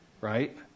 right